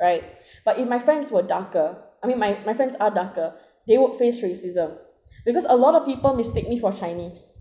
right but if my friends were darker I mean my my friends are darker they would face racism because a lot of people mistake me for chinese